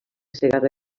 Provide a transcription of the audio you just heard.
segarra